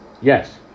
Yes